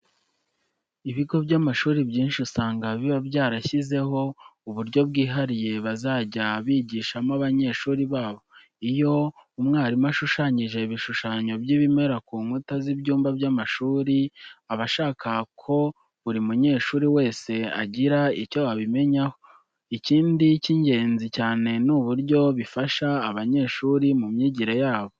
Ibigo by'amashuri byinshi usanga biba byarashyizeho uburyo bwihariye bazajya bigishamo abanyeshuri babo. Iyo umwarimu ashushanyije ibishushanyo by'ibimera ku nkuta z'ibyumba by'amashuri, aba ashaka ko buri munyeshuri wese agira icyo abimenyaho. Ikintu cy'ingenzi cyane ni uburyo bifasha abanyeshuri mu myigire yabo.